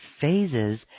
phases